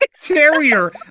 Terrier